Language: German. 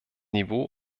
niveau